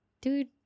dude